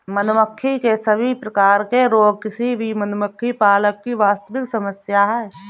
मधुमक्खी के सभी प्रकार के रोग किसी भी मधुमक्खी पालक की वास्तविक समस्या है